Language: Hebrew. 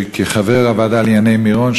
כחבר הוועדה לענייני מירון,